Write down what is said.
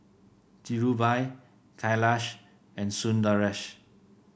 Dhirubhai Kailash and Sundaresh